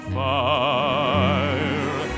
fire